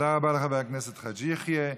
תודה רבה לחבר הכנסת חאג' יחיא.